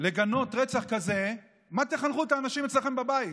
לגנות רצח כזה, למה תחנכו את האנשים אצלכם בבית?